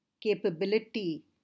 capability